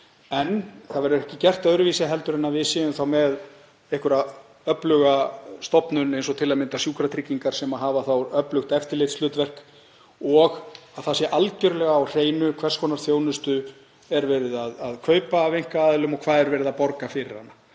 En það verður ekki gert öðruvísi en að við séum með einhverja öfluga stofnun, eins og til að mynda Sjúkratryggingar, sem hefur þá öflugt eftirlitshlutverk og að það sé algerlega á hreinu hvers konar þjónustu verið er að kaupa af einkaaðilum og hvað verið er að borga fyrir hana.